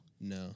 No